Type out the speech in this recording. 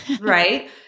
Right